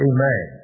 Amen